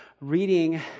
reading